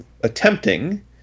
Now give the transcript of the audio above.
attempting